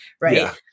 right